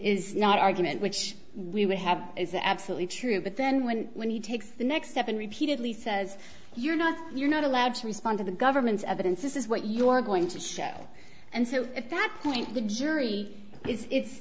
is not argument which we would have is absolutely true but then when when he takes the next step and repeatedly says you're not you're not allowed to respond to the government's evidence this is what you are going to show and so at that point the jury is it's